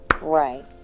Right